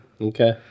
Okay